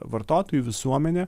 vartotojų visuomenė